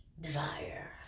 desire